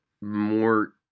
more